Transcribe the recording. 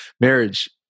marriage